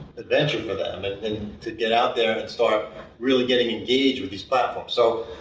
adventure for them, and and to get out there and start really getting engaged with these platforms. so,